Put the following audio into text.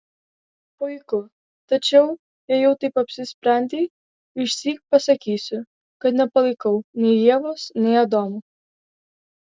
puiku tačiau jei jau taip apsisprendei išsyk pasakysiu kad nepalaikau nei ievos nei adomo